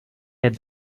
let